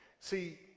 See